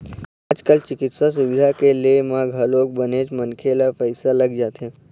आज कल चिकित्सा सुबिधा के ले म घलोक बनेच मनखे ल पइसा लग जाथे